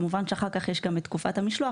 כמובן שאחר כך יש את תקופת המשלוח,